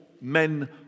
men